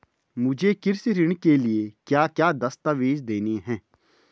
मुझे कृषि ऋण के लिए क्या क्या दस्तावेज़ देने हैं?